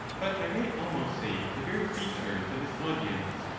but i may almost say the very features, of his audience.